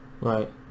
Right